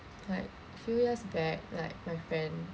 like few years back like my friend